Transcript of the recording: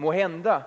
Måhända